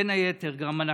בין היתר, אנחנו גם